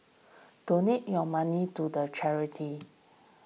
donate your money to the charity